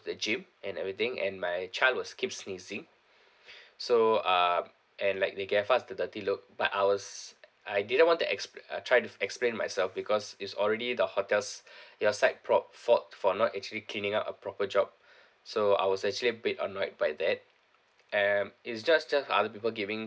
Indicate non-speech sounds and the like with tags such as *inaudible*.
to the gym and everything and my child was keep sneezing *breath* so uh and like they gave us the dirty look but I was I didn't want to expla~ uh try to explain myself because it's already the hotel's *breath* your side prob~ fault for not actually cleaning up a proper job *breath* so I was actually a bit annoyed by that err it's just that other people giving